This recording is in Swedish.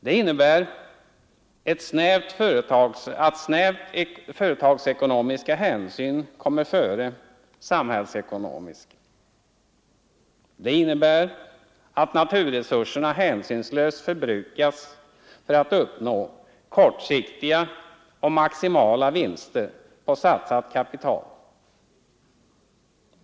Det innebär att snävt företagsekonomiska hänsyn kommer före samhällsekonomiska. Det innebär att naturresurserna hänsynslöst förbrukas för att uppnå kortsiktiga och maximala vinster på satsat kapital.